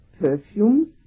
perfumes